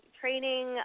training